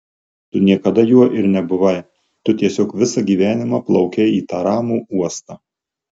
tu niekada juo ir nebuvai tu tiesiog visą gyvenimą plaukei į tą ramų uostą